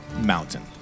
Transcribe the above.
mountain